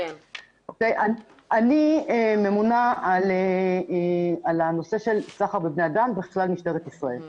אני ממונה על הנושא של סחר בבני אדם בכלל משטרת ישראל.